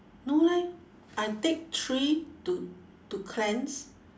no leh I take three to to cleanse